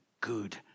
good